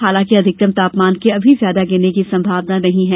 हालांकि अधिकतम तापमान के अभी ज्यादा गिरने की संभावना नही है